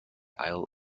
isle